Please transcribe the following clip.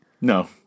No